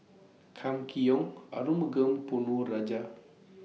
Kam Kee Yong Arumugam Ponnu Rajah